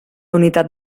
unitat